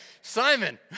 Simon